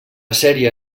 sèrie